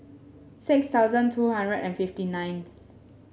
six thousand two hundred and fifty ninth